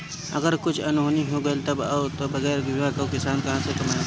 अगर कुछु अनहोनी हो गइल तब तअ बगैर बीमा कअ किसान कहां से कमाई